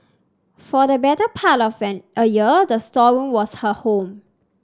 for the better part of an a year the storeroom was her home